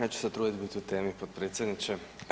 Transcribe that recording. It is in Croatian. Ja ću se truditi biti u temi potpredsjedniče.